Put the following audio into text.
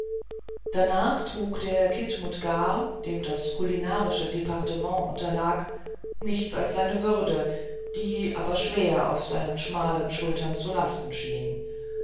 danach trug der khidmutgar dem das kulinarische departement unterlag nichts als seine würde die aber schwer auf seinen schmalen schultern zu lasten schien